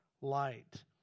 light